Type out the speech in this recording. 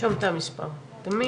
גם את נהריה במיוחד, שנערכת, אבל אני